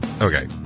okay